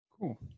Cool